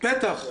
בטח.